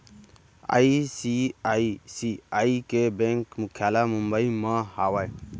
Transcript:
ICICI के bank मुख्यालय मुंबई म हावय